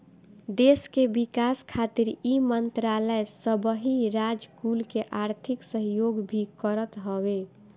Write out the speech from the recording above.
देस के विकास खातिर इ मंत्रालय सबही राज कुल के आर्थिक सहयोग भी करत हवे